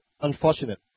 unfortunate